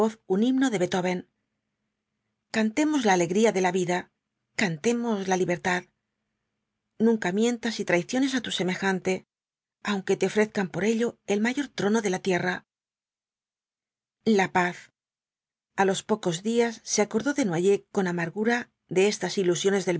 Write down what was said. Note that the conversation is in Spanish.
un himno de beethoven cantemos la alegría de la vida cantemos la libertad nunca mientas y traiciones á tu semejante aunque te ofrezcan por ello el mayor trono de la tierra la paz a los pocos días se acordó desnoyers con amargura de estas ilusiones